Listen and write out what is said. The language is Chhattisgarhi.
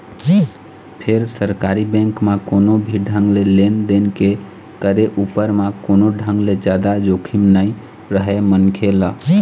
फेर सरकारी बेंक म कोनो भी ढंग ले लेन देन के करे उपर म कोनो ढंग ले जादा जोखिम नइ रहय मनखे ल